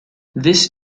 this